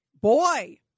Boy